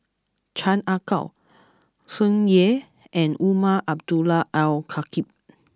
Chan Ah Kow Tsung Yeh and Umar Abdullah Al Khatib